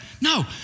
No